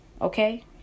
okay